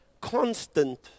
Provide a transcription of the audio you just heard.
constant